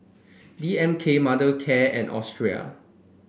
D M K Mothercare and Australis